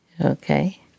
Okay